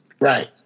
Right